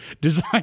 Design